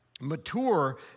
mature